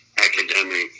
Academic